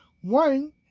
One